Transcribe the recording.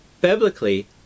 biblically